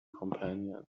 companion